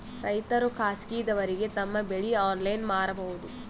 ರೈತರು ಖಾಸಗಿದವರಗೆ ತಮ್ಮ ಬೆಳಿ ಆನ್ಲೈನ್ ಮಾರಬಹುದು?